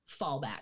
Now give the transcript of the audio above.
fallback